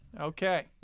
Okay